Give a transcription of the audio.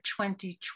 2020